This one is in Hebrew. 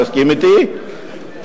תסכים אתי,